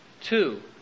Two